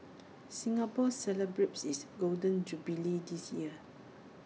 Singapore celebrates its Golden Jubilee this year